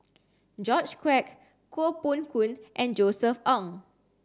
George Quek Koh Poh Koon and Josef Ng